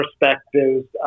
perspectives